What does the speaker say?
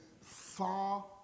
far